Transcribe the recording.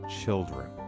Children